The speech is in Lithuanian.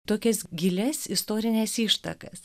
tokias gilias istorines ištakas